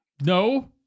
No